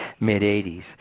mid-'80s